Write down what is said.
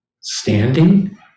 standing